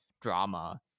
drama